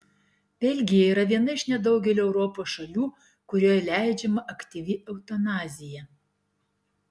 belgija yra viena iš nedaugelio europos šalių kurioje leidžiama aktyvi eutanazija